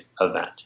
event